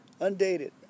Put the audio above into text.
undated